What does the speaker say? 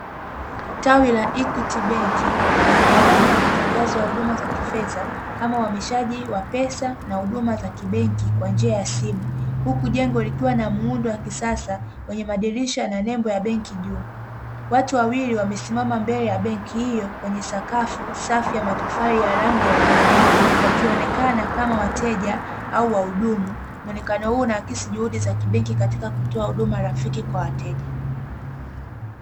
Tawi la "EQUITY" benki lenye mabango ya matangazo ya huduma za kifedha, kama uhamishaji wa pesa na huduma za kibenki kwa njia ya simu. Huku jengo likiwa na muundo wa kisasa wenye madirisha na nembo ya benki juu. Watu wawili wamesimama mbele ya benki hiyo kwenye sakafu safi ya matofali ya rangi ya udongo, wakionekana kama wateja au wahudumu. Muonekano huu unaakisi juhudi za kibenki katika kutoa huduma rafiki kwa wateja.